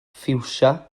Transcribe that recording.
ffiwsia